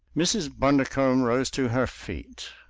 mrs. bundercombe rose to her feet.